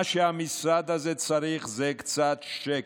מה שהמשרד הזה צריך זה קצת שקט.